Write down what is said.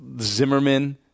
Zimmerman